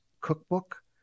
Cookbook